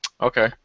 okay